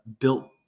built